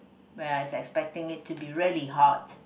where I expecting it to be really hot